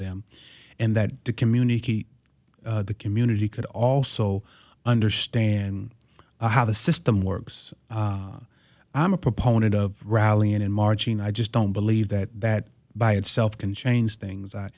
them and that to communicate the community could also understand how the system works i'm a proponent of rallying and marching i just don't believe that that by itself can change things